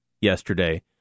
yesterday